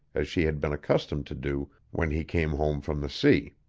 as he had been accustomed to do when he came home from the sea.